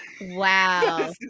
wow